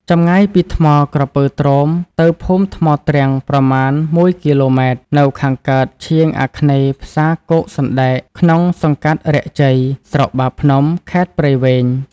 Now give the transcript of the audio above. ចម្ងាយពីថ្មក្រពើទ្រោម ទៅភូមិថ្មទ្រាំងប្រមាណ ១ គ.ម. នៅខាងកើតឆៀងអាគ្នេយ៍ផ្សារគោកសណ្ដែក ក្នុងសង្កាត់រាក់ជ័យ ស្រុកបាភ្នំ ខេត្តព្រៃវែង ។